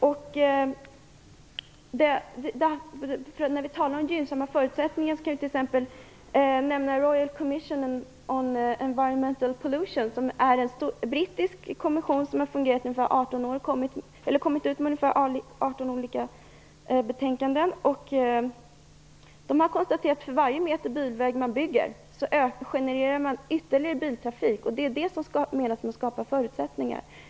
På tal om gynnsamma förutsättningar skall jag nämna "The royal commission on environmental pollution", som är en brittisk kommission som kommit ut med 18 olika betänkanden. Den konstaterar bl.a. att för varje meter bilväg som man bygger genererar man ytterligare biltrafik. Det är där man talar om att skapa förutsättningar.